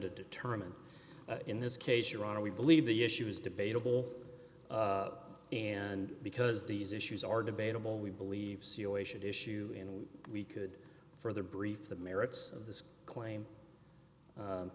to determine in this case your honor we believe the issue is debatable and because these issues are debatable we believe c l a should issue and we could further brief the merits of this claim